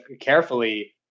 carefully